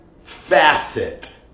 facet